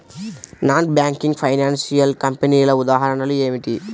Non banking financial కంపెనీల ఉదాహరణలు ఏమిటి?